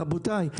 רבותי,